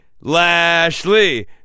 Lashley